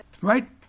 Right